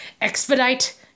expedite